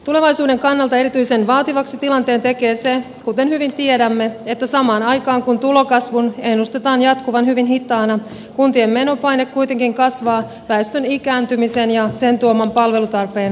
tulevaisuuden kannalta erityisen vaativaksi tilanteen tekee se kuten hyvin tiedämme että samaan aikaan kun tulokasvun ennustetaan jatkuvan hyvin hitaana kuntien menopaine kuitenkin kasvaa väestön ikääntymisen ja sen tuoman palvelutarpeen kasvun kautta